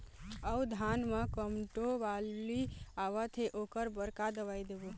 अऊ धान म कोमटो बाली आवत हे ओकर बर का दवई देबो?